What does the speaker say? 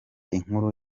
inkuru